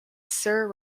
sir